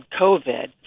COVID